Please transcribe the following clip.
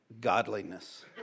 godliness